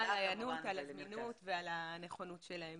תודה על ההיענות, על הזמינות ועל הנכונות שלהם.